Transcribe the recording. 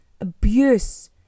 Abuse